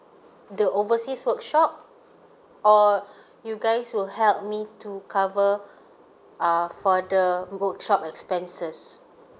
the overseas workshop or you guys will help me to cover err for the workshop expenses